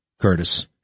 Curtis